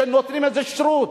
שהם נותנים איזה שירות.